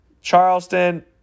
Charleston